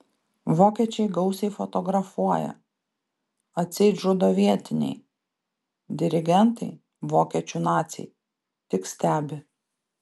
vokiečiai gausiai fotografuoja atseit žudo vietiniai dirigentai vokiečių naciai tik stebi